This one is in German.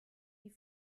die